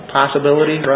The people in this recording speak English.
possibility